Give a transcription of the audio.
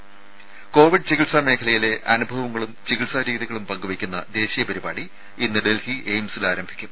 ത കോവിഡ് ചികിത്സാ മേഖലയിലെ അനുഭവങ്ങളും ചികിത്സാ രീതികളും പങ്കുവെയ്ക്കുന്ന ദേശീയ പരിപാടി ഇന്ന് ഡൽഹി എയിംസിൽ ആരംഭിയ്ക്കും